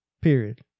Period